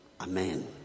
amen